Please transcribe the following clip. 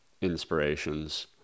inspirations